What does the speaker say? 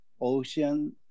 ocean